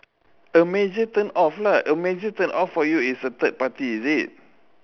a major turn off lah a major turn off for you is a third party is it